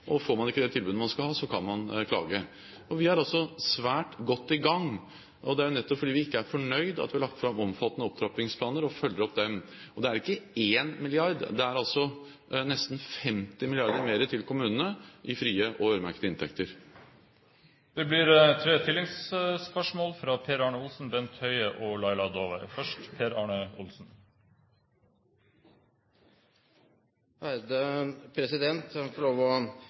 og får man ikke det tilbudet man skal ha, kan man klage. Vi er altså svært godt i gang, og det er jo nettopp fordi vi ikke er fornøyd at vi har lagt fram omfattende opptrappingsplaner og følger opp dem. Og det er ikke én milliard – det er nesten 50 mrd. kr mer til kommunene i frie og øremerkede inntekter. Det blir tre oppfølgingsspørsmål – først Per Arne Olsen. Jeg må få lov til å forfølge denne saken, for jeg